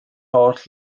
holl